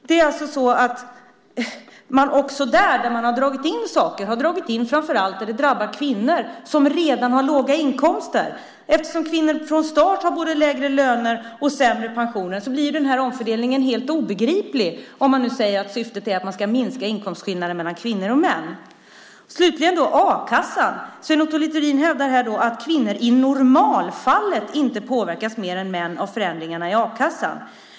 Där det har skett indragningar har det framför allt drabbat kvinnor som redan har låga inkomster. Eftersom kvinnor från start har lägre löner och sämre pensioner blir omfördelningen helt obegriplig, om nu syftet är att minska inkomstskillnaderna mellan kvinnor och män. Slutligen har vi frågan om a-kassan. Sven Otto Littorin hävdar att kvinnor i normalfallet inte påverkas mer än män av förändringarna i a-kassan.